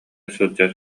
сылдьар